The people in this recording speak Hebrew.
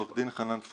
עורך דין חנן פוטרמן,